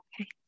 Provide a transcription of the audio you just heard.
Okay